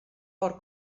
hor